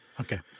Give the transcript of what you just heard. Okay